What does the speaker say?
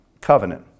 covenant